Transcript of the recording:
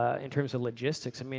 ah in terms of logistics, i mean